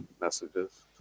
messages